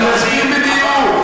אני אסביר בדיוק.